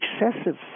excessive